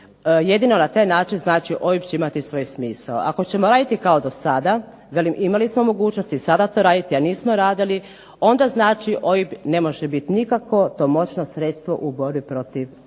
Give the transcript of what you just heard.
jedino na taj način znači OIB će imati svoj smisao. Ako ćemo raditi kao dosada, velim imali smo mogućnosti i sada to raditi, a nismo radili, onda znači OIB ne može biti nikako to moćno sredstvo u borbi protiv